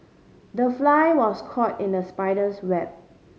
the fly was caught in the spider's web